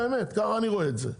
ככה אני רואה את זה,